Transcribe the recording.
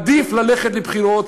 עדיף ללכת לבחירות,